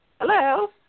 Hello